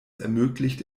ermöglicht